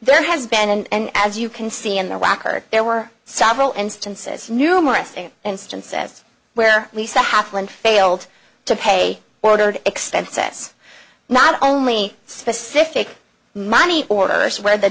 there has been and as you can see in the walker there were several instances numerous instances where we said i have one failed to pay ordered expenses not only specific money orders where the